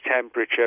temperature